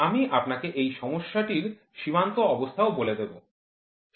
আমি আপনাকে এই সমস্যাটির সীমান্ত অবস্থাও বলে দেব